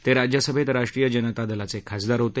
ते राज्यसभेत राष्ट्रीय जनता दलाचे खासदार होते